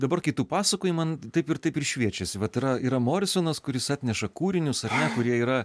dabar kai tu pasakoji man taip ir taip ir šviečiasi vat yra yra morisonas kuris atneša kūrinius kurie yra